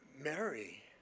Mary